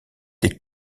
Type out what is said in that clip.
des